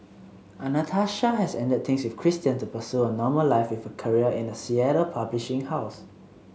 Anastasia has ended things with Christian to pursue a normal life with a career in a Seattle publishing house